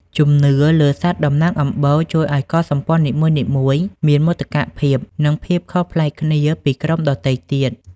ជំនឿលើសត្វតំណាងអំបូរជួយឱ្យកុលសម្ព័ន្ធនីមួយៗមានមោទកភាព និងភាពខុសប្លែកគ្នាពីក្រុមដទៃទៀត។